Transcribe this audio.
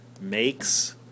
makes